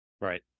Right